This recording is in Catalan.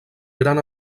gran